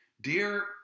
Dear